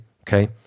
Okay